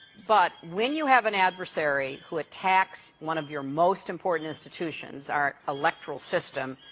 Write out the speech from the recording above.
but when you have an adversary who attacks one of your most important institutions, our electoral system,